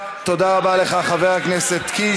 תודה רבה לך, חבר הכנסת קיש.